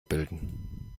bilden